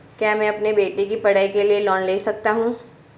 क्या मैं अपने बेटे की पढ़ाई के लिए लोंन ले सकता हूं?